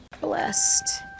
blessed